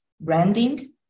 branding